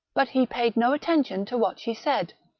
but he paid no attention to what she said.